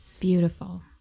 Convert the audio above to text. Beautiful